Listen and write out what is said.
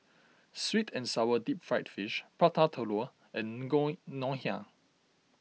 Sweet and Sour Deep Fried Fish Prata Telur and Ngoh Hiang